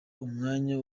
umwanya